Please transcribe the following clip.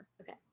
Okay